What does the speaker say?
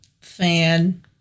fan